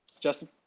Justin